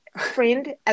Friend